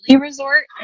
resort